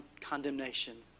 condemnation